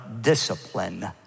discipline